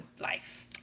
life